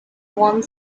one